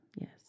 Yes